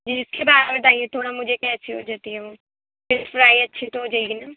جی اس کے بعد بتائیے تھوڑا مجھے کیا اچھی ہو جاتی ہے وہ فش فرائی اچھی تو ہو جائے گی نا